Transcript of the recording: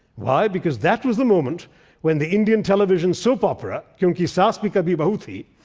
why? because that was the moment when the indian television soap opera, kyunki saas bhi kabhi bahu thi,